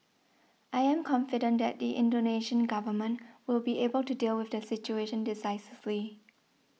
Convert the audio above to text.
I am confident that the Indonesian government will be able to deal with the situation decisively